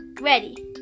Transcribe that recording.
Ready